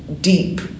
deep